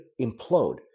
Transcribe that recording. implode